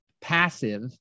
passive